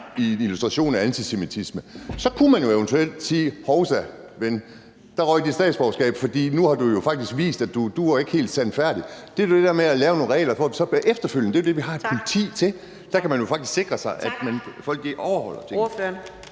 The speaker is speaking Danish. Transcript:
som illustration af antisemitisme, så kunne man jo eventuelt sige: Hovsa, ven, der røg dit statsborgerskab, for nu har du jo faktisk vist, at du ikke er helt sandfærdig. Det er det der med at lave nogle regler, hvor de så bliver efterfulgt. Det er det, vi har et politi til. (Fjerde næstformand (Karina Adsbøl): Tak!). Der kan